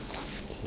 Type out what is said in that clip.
mm hmm